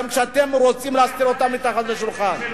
גם כשאתם רוצים להסתיר אותה מתחת לשולחן.